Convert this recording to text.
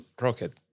rocket